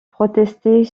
protester